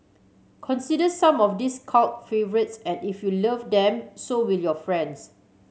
consider some of these cult favourites and if you love them so will your friends